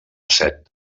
set